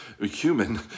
human